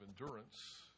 endurance